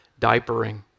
diapering